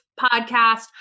podcast